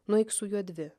nueik su juo dvi